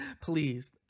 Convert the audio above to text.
Please